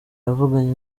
yavuganye